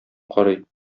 карый